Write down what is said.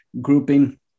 grouping